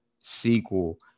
sequel